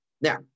Now